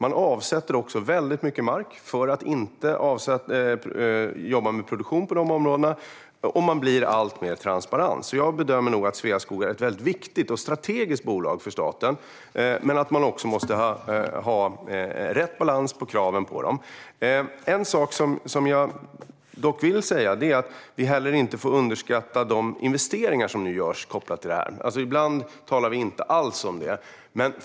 De avsätter också väldigt mycket mark på områden där de inte ska jobba med produktion, och de blir alltmer transparenta. Jag bedömer att Sveaskog är ett väldigt viktigt och strategiskt bolag för staten, men man måste ha rätt balans på kraven på dem. Vi får heller inte underskatta de investeringar som nu görs med koppling till detta. Ibland talar vi inte alls om det.